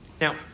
Now